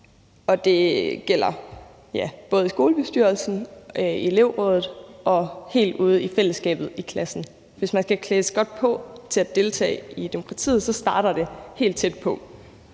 og det gælder både i skolebestyrelsen, i elevrådet og helt ude i fællesskabet i klassen. Hvis man skal klædes godt på til at deltage i demokratiet, starter det helt tæt på,